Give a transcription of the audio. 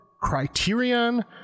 Criterion